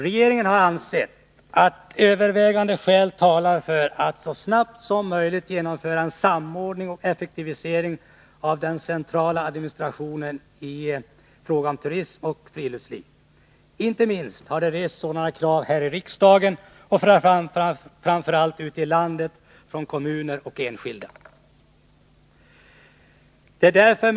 Regeringen har ansett att starka skäl talar för att vi så snart som möjligt genomför en samordning och effektivisering av den centrala administrationen i fråga om turism och friluftsliv. Sådana krav har rests här i riksdagen, men framför allt från kommuner och enskilda ute i landet.